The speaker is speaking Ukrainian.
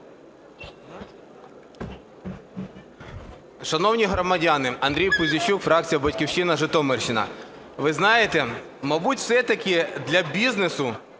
Шановні громадяни! Андрій Пузійчук, фракція "Батьківщина", Житомирщина. Ви знаєте, мабуть, все-таки для бізнесу